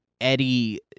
Eddie